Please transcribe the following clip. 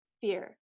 Fear